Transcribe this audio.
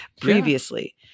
previously